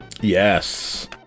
Yes